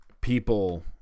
people